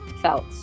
felt